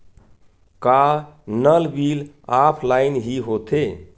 का नल bill offline हि होथे?